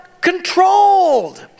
controlled